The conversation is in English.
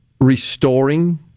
restoring